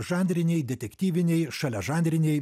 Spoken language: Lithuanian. žanriniai detektyviniai šaliažanriniai